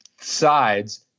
sides